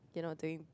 you know doing